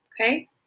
okay